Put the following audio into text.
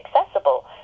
accessible